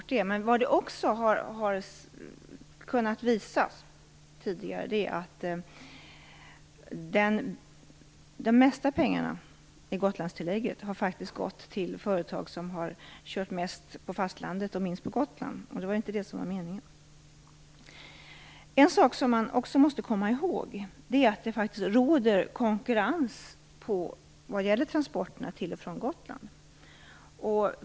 Det har också tidigare kunnat visas att det mesta av pengarna i Gotlandstillägget faktiskt har gått till företag som har kört mest på fastlandet och minst på Gotland. Det var ju inte det som var meningen. En sak som man också måste komma ihåg är att det faktiskt råder konkurrens vad gäller transporterna till och från Gotland.